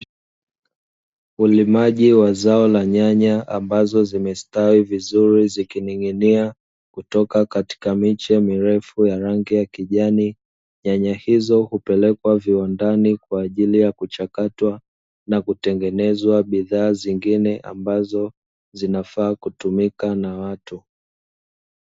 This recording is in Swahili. Ulimaji wa zao la nyanya ambazo zimestawi vizuri zikining'inia kutoka katika miche mirefu ya rangi ya kijani, nyanya hizo hupelekwa viwandani kwa ajili ya kuchakatwa na kutengeneza bidhaa zingine ambazo zinafaa kutumika na watu.